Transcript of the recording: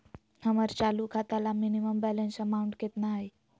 हमर चालू खाता ला मिनिमम बैलेंस अमाउंट केतना हइ?